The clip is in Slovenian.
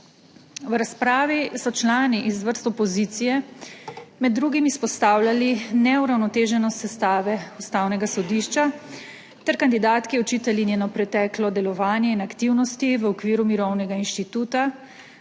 V razpravi so člani iz vrst opozicije med drugim izpostavljali neuravnoteženost sestave Ustavnega sodišča ter kandidatki očitali njeno preteklo delovanje in aktivnosti v okviru Mirovnega inštituta